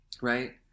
Right